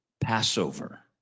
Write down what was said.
Passover